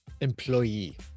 employee